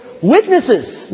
witnesses